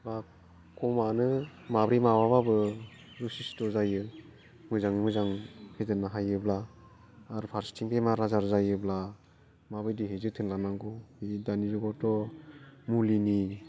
बा कमआनो माब्रै माबाबाबो जथेस्त' जायो मोजाङै मोजां फेदेरनो हायोब्ला आरो फारसेथिं बेमार आजार जायोब्ला माबायदिहै जोथोन लानांगौ बेनि दानि जुगावथ' मुलिनि